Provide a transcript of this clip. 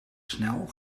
snel